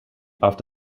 after